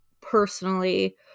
personally